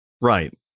Right